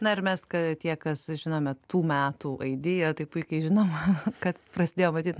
na ir mes ką tie kas žinome tų metų aidiją tai puikiai žinom kad prasidėjo matyt